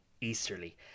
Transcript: easterly